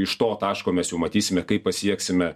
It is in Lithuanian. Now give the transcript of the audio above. iš to taško mes jau matysime kaip pasieksime